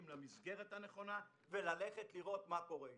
למסגרת הנכונה וללכת לראות מה קורה איתם.